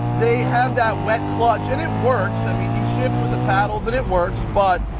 they have that wet clutch. and it works. i mean, you shift with the paddles and it works. but